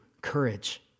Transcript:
courage